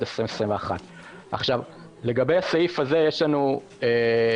2021". לגבי הסעיף הזה יש לנו בעיה,